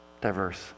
Diverse